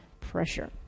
pressure